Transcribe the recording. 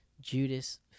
Judas